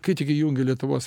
kai tik įjungiu lietuvos